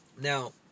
Now